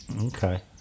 okay